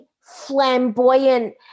flamboyant